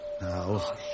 Now